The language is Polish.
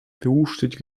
wyłuszczyć